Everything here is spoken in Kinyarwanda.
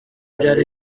byari